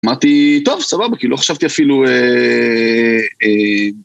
אמרתי, טוב, סבבה, כאילו לא חשבתי אפילו...